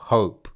Hope